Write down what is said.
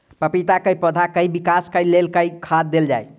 पपीता केँ पौधा केँ विकास केँ लेल केँ खाद देल जाए?